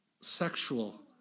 sexual